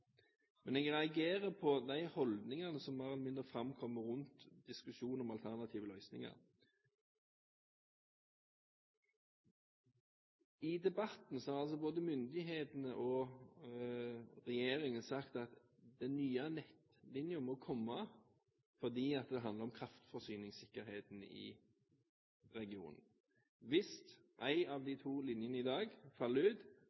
Men jeg reagerer på de holdningene som har begynt å komme fram rundt diskusjonen om alternative løsninger. I debatten har altså både myndighetene og regjeringen sagt at den nye nettlinjen må komme fordi det handler om kraftforsyningssikkerheten i regionen. Hvis én av de to linjene i dag faller ut,